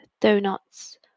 donuts